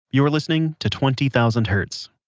you're listening to twenty thousand hertz.